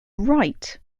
right